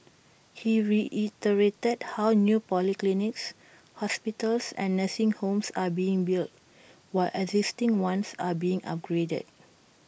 he reiterated how new polyclinics hospitals and nursing homes are being built while existing ones are being upgraded